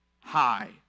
high